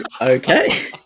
Okay